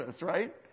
right